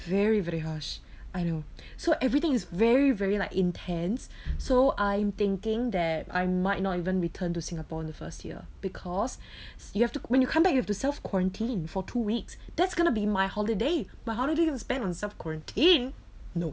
very very harsh I know so everything is very very like intense so I'm thinking that I might not even return to singapore in the first year because you have to when you come back you have to self quarantine for two weeks that's gonna be my holiday my holiday going to spend on self quarantine no